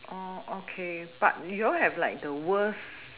oh okay but you've have like the worst camp